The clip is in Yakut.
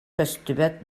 көстүбэт